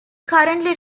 currently